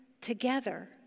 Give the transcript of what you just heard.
together